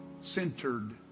centered